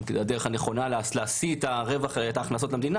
זו הדרך הנכונה להשיא הכנסות מדינה